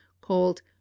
called